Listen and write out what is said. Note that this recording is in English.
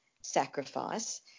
sacrifice